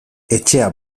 etxea